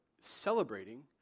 celebrating